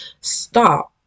stop